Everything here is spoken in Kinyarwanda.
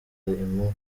impu